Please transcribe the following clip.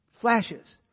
Flashes